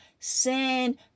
Sin